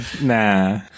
nah